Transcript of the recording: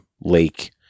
lake